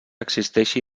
existeixi